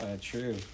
True